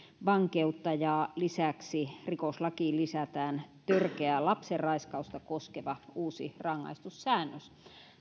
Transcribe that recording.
vankeutta ja lisäksi rikoslakiin lisätään törkeää lapsenraiskausta koskeva uusi rangaistussäännös